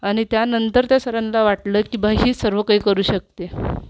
आणि त्यानंतर त्या सरांना वाटलं की बाई ही सर्व काही करू शकतेय